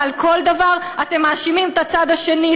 ועל כל דבר אתם מאשימים את הצד השני,